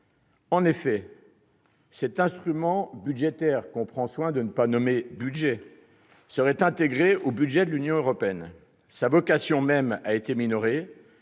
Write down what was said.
En effet, cet « instrument budgétaire », qu'on prend soin de ne pas nommer « budget », serait intégré au budget de l'Union européenne. Sa vocation même a été minorée